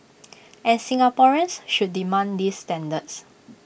and Singaporeans should demand these standards